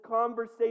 conversation